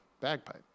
bagpipe